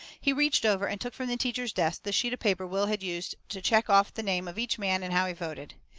he reached over and took from the teacher's desk the sheet of paper will had used to check off the name of each man and how he voted.